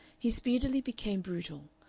he speedily became brutal,